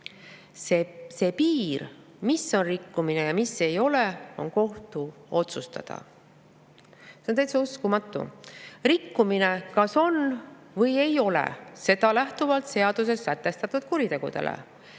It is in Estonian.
"See piir, mis on rikkumine ja mis ei ole, on kohtu otsustada." See on täitsa uskumatu. Rikkumine kas on või ei ole, seda lähtuvalt seaduses sätestatud kuritegudest.